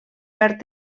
perd